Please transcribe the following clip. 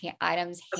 items